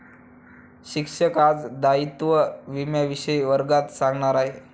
शिक्षक आज दायित्व विम्याविषयी वर्गात सांगणार आहेत